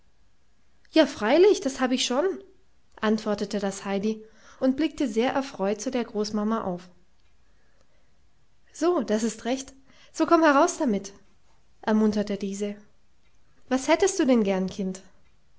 ja freilich das hab ich schon antwortete das heidi und blickte sehr erfreut zu der großmama auf so das ist recht so komm heraus damit ermunterte diese was hättest du denn gern kind